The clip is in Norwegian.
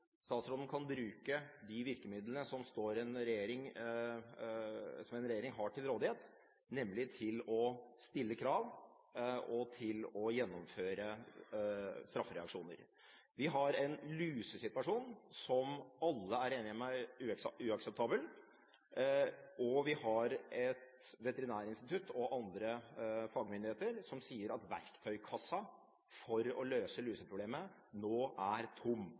Statsråden kan bruke de virkemidlene som en regjering har til rådighet, nemlig å stille krav og å gjennomføre straffereaksjoner. Vi har en lusesituasjon som alle er enige om er uakseptabel, og vi har et veterinærinstitutt og andre fagmyndigheter som sier at verktøykassa for å løse luseproblemet nå er tom,